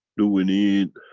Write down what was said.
do we need